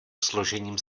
složením